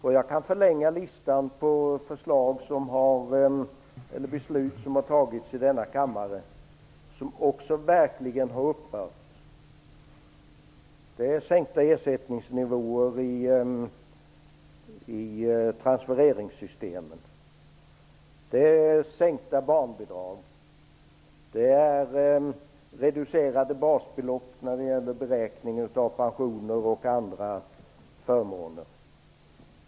Jag kan också förlänga listan över beslut som har tagits i denna kammare som verkligen har upprört: sänkta ersättningsnivåer i transfereringssystemen, sänkta barnbidrag liksom reducerade basbelopp vid beräkning av pensioner och andra förmåner.